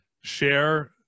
share